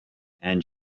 and